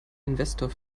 investor